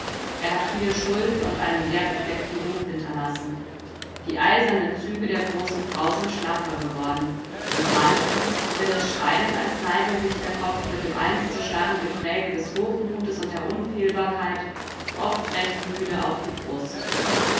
er hat viele schulden und einen sehr befleckten ruf hinterlassen die eisernen züge der großen frau sind schlaffer geworden und manchem will es scheinen als neige sich der kopf mit dem einst so starren gepräge des hochmutes und der unfehlbarkeit oft recht müde auf die brust